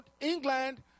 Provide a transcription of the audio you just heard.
England